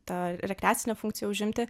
tą rekreacinę funkciją užimti